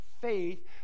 faith